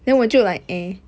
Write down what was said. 所以